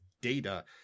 data